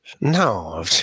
No